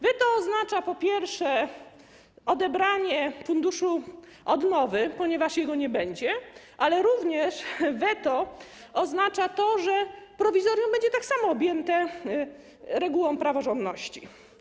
Weto oznacza po pierwsze, odebranie funduszu odnowy, ponieważ jego nie będzie, ale weto oznacza również to, że prowizorium będzie tak samo objęte regułą praworządności.